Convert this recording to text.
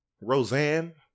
Roseanne